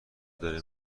داره